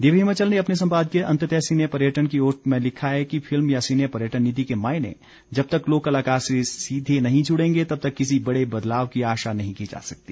दिव्य हिमाचल ने अपने संपादकीय अंततः सिने पर्यटन की ओर में लिखा है कि फिल्म या सिने पर्यटन नीति के मायने जब तक लोक कलाकार से सीधे नहीं जुड़ेंगे तब तक किसी बड़े बदलाव की आशा नहीं की जा सकती